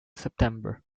september